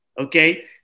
Okay